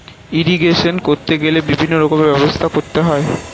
irrigation করতে গেলে বিভিন্ন রকমের ব্যবস্থা করতে হয়